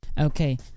okay